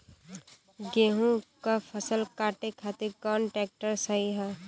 गेहूँक फसल कांटे खातिर कौन ट्रैक्टर सही ह?